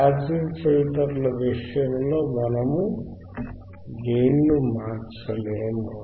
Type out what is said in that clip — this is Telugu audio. పాసివ్ ఫిల్టర్ల విషయంలో మనము గెయిన్ ను మార్చలేము